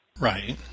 Right